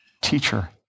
teacher